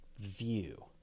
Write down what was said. view